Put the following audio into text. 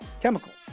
chemical